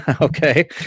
Okay